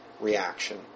Reaction